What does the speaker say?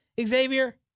Xavier